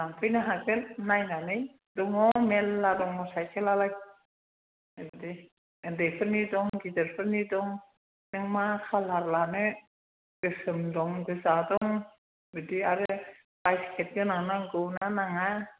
लांफैनो हागोन नायनानै दङ मेरला दङ साइखेलआलाय ओरैनो उन्दैफोरनि दं गिदिरफोरनि दं नों मा कालार लानो गोसोम दं गोजा दं बिदि आरो बास्केट गोनां नांगौ ना नाङा